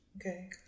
Okay